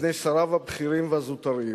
מפני שריו הבכירים והזוטרים.